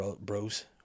bros